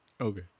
Okay